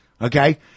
okay